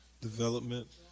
development